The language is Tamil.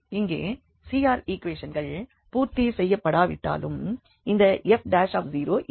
இங்கே CR ஈக்குவேஷன்கள் பூர்த்தி செய்யப்பட்டாலும் இந்த f இல்லை